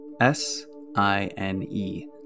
S-I-N-E